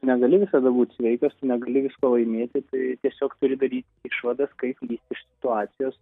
negali visada būti sveikas tu negali visko laimėti tiesiog turi daryti išvadas kaip iš situacijos